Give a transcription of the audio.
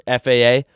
FAA